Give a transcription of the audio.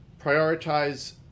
prioritize